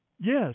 Yes